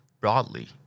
broadly